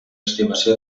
estimació